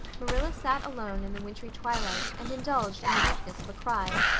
marilla sat alone in the wintry twilight and indulged in the weakness of a cry.